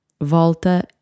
Volta